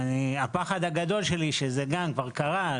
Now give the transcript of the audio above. הפחד הגדול שלי, שזה גם כבר קרה.